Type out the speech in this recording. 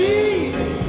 Jesus